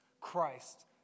Christ